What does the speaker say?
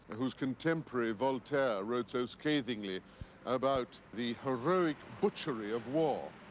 whose contemporary, voltaire, wrote so scathingly about the heroic butchery of war?